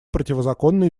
противозаконной